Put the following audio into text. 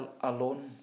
alone